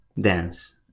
dance